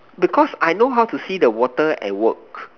because I know how to see the water at work